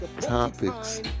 topics